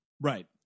Right